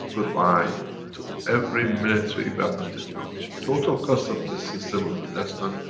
goodbye to every military weapon technology. total cost of this system will be less then